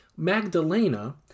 Magdalena